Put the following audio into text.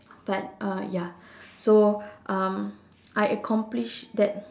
but uh ya so um I accomplished that